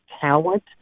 talent